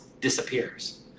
disappears